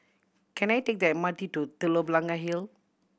can I take the M R T to Telok Blangah Hill